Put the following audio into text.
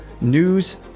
news